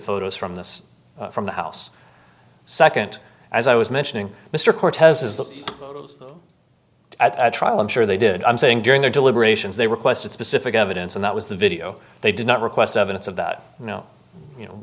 photos from this from the house second as i was mentioning mr cortez's the trial i'm sure they did i'm saying during their deliberations they requested specific evidence and that was the video they did not request evidence of that you know you know